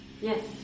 Yes